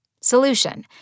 Solution